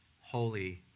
holy